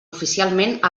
oficialment